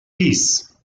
kiss